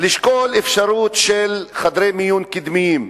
לשקול אפשרות של חדרי מיון קדמיים,